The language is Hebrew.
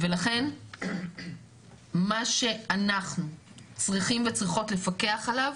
לכן, מה שאנחנו צריכים וצריכות לפקח עליו,